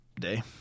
day